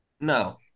No